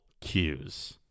cues